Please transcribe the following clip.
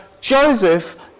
Joseph